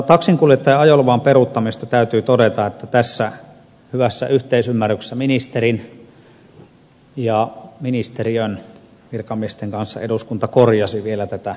taksinkuljettajan ajoluvan peruuttamisesta täytyy todeta että tässä hyvässä yhteisymmärryksessä ministerin ja ministeriön virkamiesten kanssa eduskunta korjasi vielä tätä esitystä